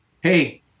hey